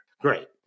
Great